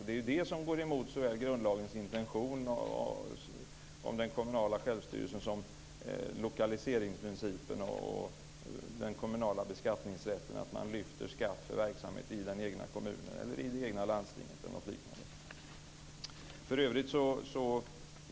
Det är ju det som går emot såväl grundlagens intention om den kommunala självstyrelsen som lokaliseringsprincipen och den kommunala beskattningsrätten, att man lyfter skatt för verksamhet i den egna kommunen eller i det egna landstinget eller något liknande.